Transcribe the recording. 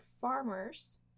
farmers